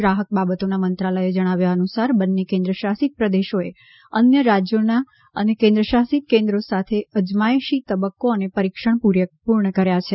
ગ્રાહક બાબતોના મંત્રાલયે જણાવ્યા અનુસાર બંને કેન્દ્ર શાસિત પ્રદેશોએ અન્ય રાજ્યો અને કેન્દ્રશાસિત કેન્દ્રો સાથે અજમાયશી તબક્કો અને પરીક્ષણ પૂર્ણ કર્યા છે